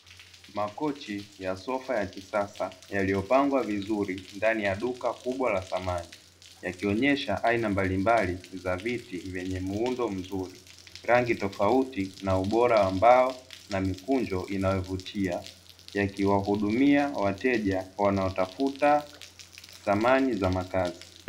Makochi ya sofa ya kisasa yaliyopangwa vizuri ndani ya duka kubwa la samani; yakionyesha aina mbalimbali za viti vyenye muundo mzuri, rangi tofauti na ubora wa mbao na mikunjo inayovutia; yakiwahudumia wateja wanaotafuta samani za makazi.